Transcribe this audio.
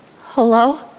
Hello